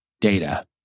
data